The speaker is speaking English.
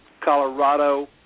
Colorado